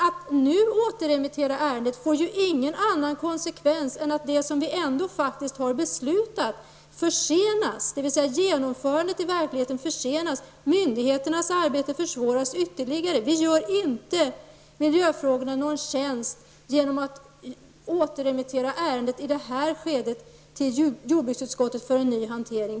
Att nu återremittera ärendet får ju ingen annan konsekvens än att det som vi ändå faktiskt har beslutat försenas; genomförandet av verksamheten försenas och myndigheternas arbete försvåras ytterligare. Vi gör inte miljöfrågorna någon tjänst genom att i det här skedet återremittera ärendet till jordbruksutskottet för en ny hantering.